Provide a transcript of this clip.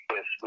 Yes